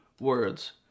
words